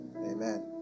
Amen